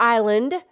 Island